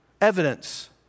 Evidence